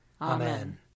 Amen